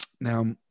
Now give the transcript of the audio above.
Now